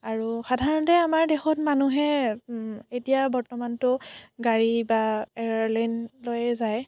আৰু সাধাৰণতে আমাৰ দেশত মানুহে এতিয়া বৰ্তমানতো গাড়ী বা এয়াৰলাইন লৈয়ে যায়